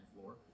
floor